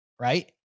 right